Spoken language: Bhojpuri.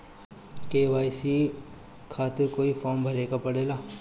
के.वाइ.सी खातिर क्यूं फर्म भरे के पड़ेला?